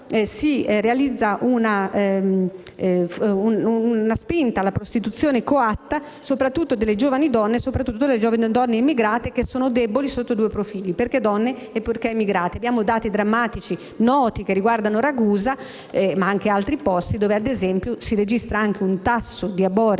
si realizza una spinta alla prostituzione coatta, soprattutto delle giovani donne immigratem che sono deboli sotto due profili: perché donne e perché immigrate. Abbiamo dati drammatici noti che riguardano Ragusa, ma anche altri posti, dove si registra un tasso di aborti